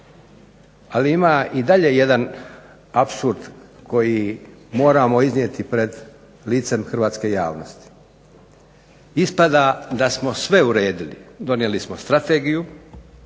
Ali ima i dalje jedan apsurd koji moramo iznijeti pred licem hrvatske javnosti. Ispada da smo sve uredili, donijeli smo strategiju,